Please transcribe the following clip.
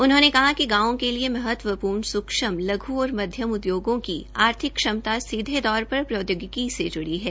उन्होंने कहा कि गांवो के लिए महत्वपूर्ण सूक्षम लघ् और मध्यम उदयोगों की आर्थिक क्षमता सीधे तौर पर प्रौदयोगिकी से ज्डी है